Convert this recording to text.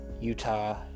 Utah